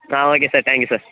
ah okay sir thank you sir